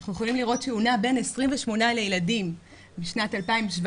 אנחנו יכולים לראות שהוא נע בין 28 ילדים בשנת 2017,